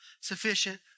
sufficient